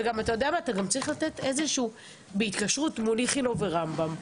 אתה גם צריך לתת משהו בהתקשרות מול איכילוב ורמב"ם.